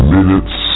Minutes